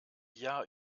jahr